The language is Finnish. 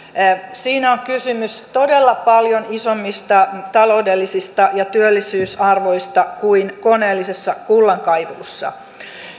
siinä on kysymys todella paljon isommista taloudellisista ja työllisyysarvoista kuin koneellisessa kullankaivuussa